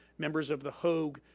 members of the hoag